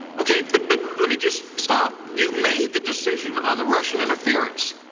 okay, but but let me just stop, you made the decision on the russian interference.